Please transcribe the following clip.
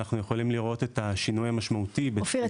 אנחנו יכולים לראות את השינוי המשמעותי --- אופיר,